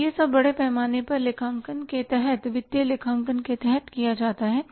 तो यह सब बड़े पैमाने पर लेखांकन के तहतवित्तीय लेखांकन के तहत किया जाता है